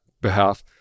behalf